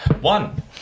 one